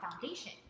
foundation